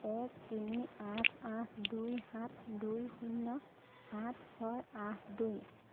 এক তিনি আঠ দুই সাত দুই শূন্য সাত ছয় আঠ দুই